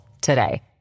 today